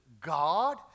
God